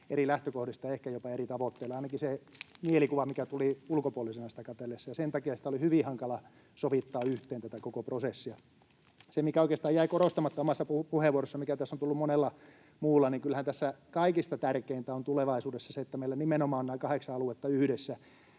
eri lähtökohdista, ehkä jopa eri tavoitteilla — ainakin se oli mielikuva, mikä tuli ulkopuolisena sitä katsellessa — ja sen takia oli hyvin hankala sovittaa yhteen tätä koko prosessia. Mikä oikeastaan jäi korostamatta omassa puheenvuorossa, mikä tässä on tullut monella muulla, niin kyllähän kaikista tärkeintä on tulevaisuudessa se, että meillä nimenomaan nämä kahdeksan aluetta ovat yhdessä.